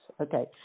Okay